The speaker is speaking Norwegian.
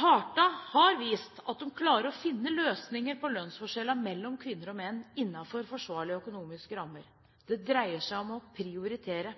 Partene har vist at de klarer å finne løsninger på lønnsforskjellene mellom kvinner og menn innenfor forsvarlige økonomiske rammer. Det dreier seg om å prioritere.